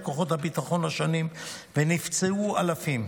כוחות הביטחון השונים ונפצעו אלפים.